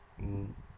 mmhmm